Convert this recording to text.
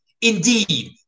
Indeed